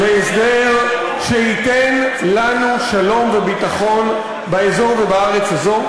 להסדר שייתן לנו שלום וביטחון באזור ובארץ הזו,